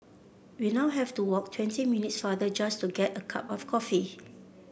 we now have to walk twenty minutes farther just to get a cup of coffee